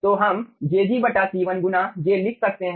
तो हम jg C1गुना j लिख सकते हैं